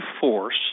force